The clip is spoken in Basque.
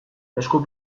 esku